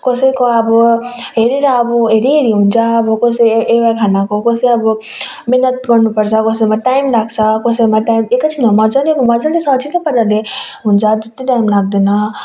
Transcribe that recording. कसैको अब हेरेर अब हेरी हेरी हुन्छ अब कसै ए खानाको कसै अब मेहनत गर्नु पर्छ कसैमा टाइम लाग्छ कसैमा टाइम एकछिनमा एकछिनमा मजाले मजाले अब सजिलो पाराले हुन्छ त्यत्रो टाइम लाग्दैन